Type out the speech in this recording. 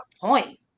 point